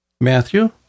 Matthew